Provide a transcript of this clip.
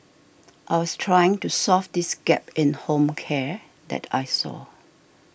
I was trying to solve this gap in home care that I saw